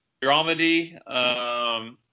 dramedy